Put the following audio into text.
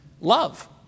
love